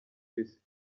isi